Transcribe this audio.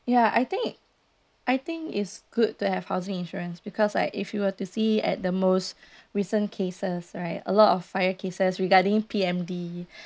ya I think I think is good to have housing insurance because like if you were to see at the most recent cases right a lot of fire cases regarding P_M_D